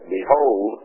Behold